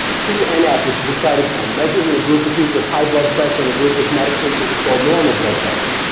tnf, which is a cytokine, measured in a group of people with high blood pressure and a group with medication control normal blood pressure.